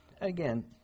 again